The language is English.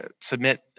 submit